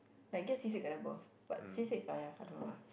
like get C six and above but C six !aiya! I don't know lah